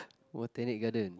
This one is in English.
Botanic-Garden